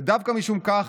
ודווקא משום כך,